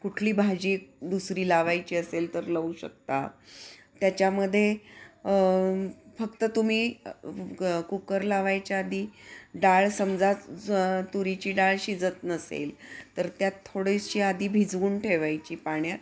कुठली भाजी दुसरी लावायची असेल तर लावू शकता त्याच्यामध्ये फक्त तुम्ही कुकर लावायच्या आधी डाळ समजा तुरीची डाळ शिजत नसेल तर त्यात थोडीशी आधी भिजवून ठेवायची पाण्यात